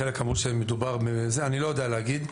חלק אמרו שמדובר בדברים שאני לא יודע להגיד לגביהם,